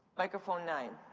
microphone nine.